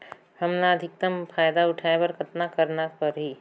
हमला अधिकतम फायदा उठाय बर कतना करना परही?